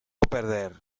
perder